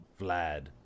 Vlad